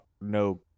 no